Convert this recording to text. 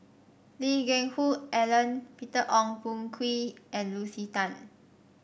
Lee Geck Hoon Ellen Peter Ong Boon Kwee and Lucy Tan